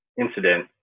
incident